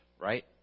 Right